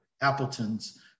Appleton's